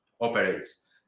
operates